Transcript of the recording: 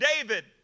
David